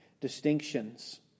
distinctions